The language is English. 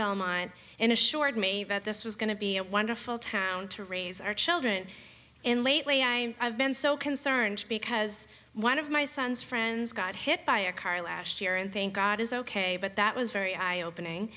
belmont and assured me that this was going to be a wonderful town to raise our children and lately i have been so concerned because one of my son's friends got hit by a car last year and thank god is ok but that was very eye